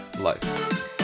life